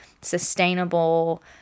sustainable